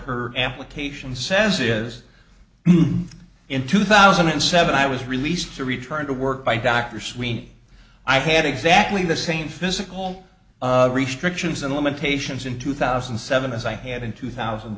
her application says is in two thousand and seven i was released to return to work by dr sweeney i had exactly the same physical restrictions and limitations in two thousand and seven as i had in two thousand